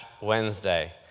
Wednesday